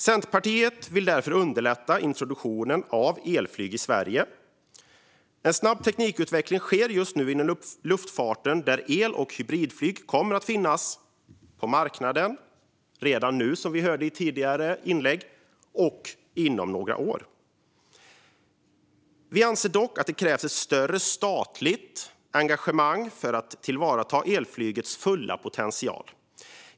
Centerpartiet vill därför underlätta introduktionen av elflyg i Sverige. En snabb teknikutveckling sker just nu inom luftfarten. El och hybridflyg finns redan nu, som vi hörde här tidigare, och kommer att finnas på marknaden inom några år. Vi anser dock att det krävs ett större statligt engagemang för att tillvarata elflygets fulla potential.